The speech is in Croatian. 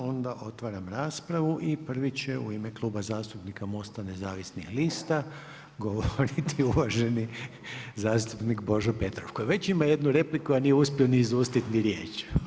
Onda otvaram raspravu i prvi će u ime Kluba zastupnika MOST-a Nezavisnih lista govoriti uvaženi zastupnik Božo Petrov koji već ima jednu repliku a nije uspio ni izustiti ni riječ.